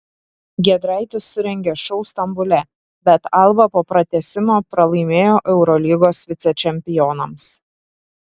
giedraitis surengė šou stambule bet alba po pratęsimo pralaimėjo eurolygos vicečempionams